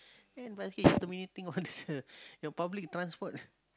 then bus keep terminating all this uh the public transport